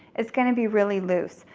it's gonna be really loose.